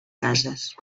cases